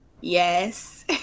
Yes